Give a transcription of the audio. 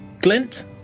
glint